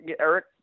Eric